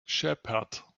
shepherd